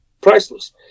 priceless